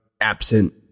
absent